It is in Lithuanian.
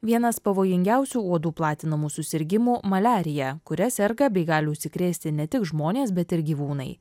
vienas pavojingiausių uodų platinamų susirgimų maliarija kuria serga bei gali užsikrėsti ne tik žmonės bet ir gyvūnai